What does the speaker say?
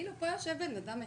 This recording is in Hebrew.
מה מטריד אותך?